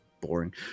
boring